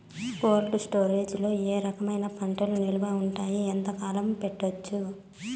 Cold storage లో ఏ రకమైన పంటలు నిలువ ఉంటాయి, ఎంతకాలం పెట్టొచ్చు?